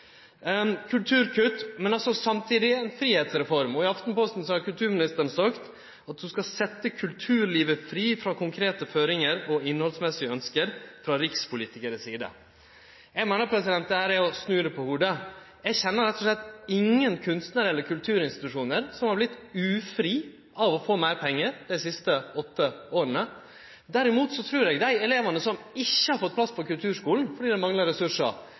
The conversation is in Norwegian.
I Aftenposten har kulturministeren sagt at ho skal «sette kulturlivet fri fra konkrete føringer og innholdsmessige ønsker fra rikspolitikernes side». Eg meiner dette er å snu det på hovudet. Eg kjenner rett og slett ingen kunstnarar eller kulturinstitusjonar som har vorte ufrie av å få meir pengar dei siste åtta åra. Derimot trur eg dei elevane som ikkje har fått plass på kulturskulen fordi dei manglar ressursar,